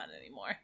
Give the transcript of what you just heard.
anymore